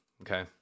okay